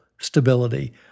stability